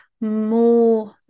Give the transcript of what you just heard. more